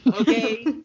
Okay